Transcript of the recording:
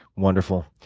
wonderful.